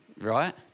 right